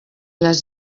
las